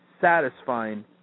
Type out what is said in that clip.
satisfying